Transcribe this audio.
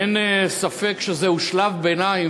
אין ספק שזהו שלב ביניים,